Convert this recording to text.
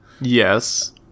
Yes